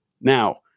Now